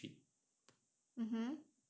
hmm